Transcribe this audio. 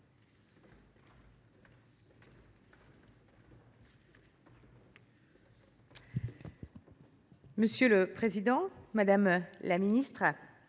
Monsieur le président, madame la ministre,